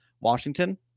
Washington